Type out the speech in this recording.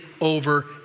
over